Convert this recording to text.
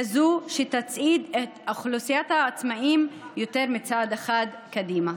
כזאת שתצעיד את אוכלוסיית העצמאים יותר מצעד אחד קדימה.